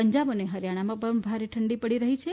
પંજાબ અને હરીયાણામાં પણ ભારે ઠંડી પડી રહી છે